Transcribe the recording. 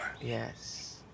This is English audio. Yes